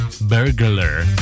burglar